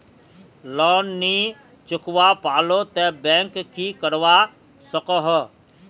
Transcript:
Loan नी चुकवा पालो ते बैंक की करवा सकोहो?